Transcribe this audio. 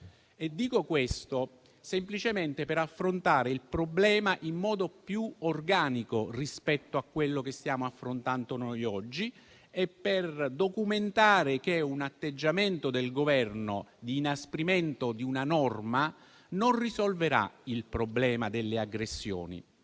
Dico questo semplicemente per affrontare il problema in modo più organico rispetto a quello che stiamo affrontando noi oggi e per documentare che un atteggiamento del Governo di inasprimento di una norma non risolverà il problema delle aggressioni.